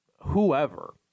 whoever